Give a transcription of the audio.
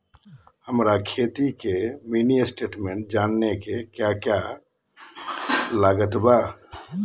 हमरा खाता के मिनी स्टेटमेंट जानने के क्या क्या लागत बा?